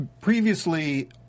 previously